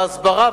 ההסברה,